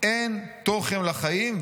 אין תוכן לחיים'.